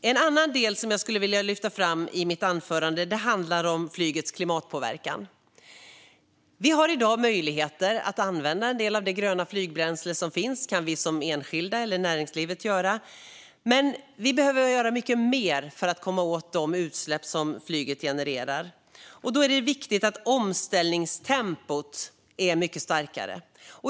En annan del jag skulle vilja lyfta fram i mitt anförande är flygets klimatpåverkan. Vi har i dag möjligheter att använda en del av det gröna flygbränsle som finns; det kan näringslivet eller vi som enskilda personer göra. Men vi behöver göra mycket mer för att komma åt de utsläpp som flyget genererar, och då är det viktigt att omställningstempot är mycket högre.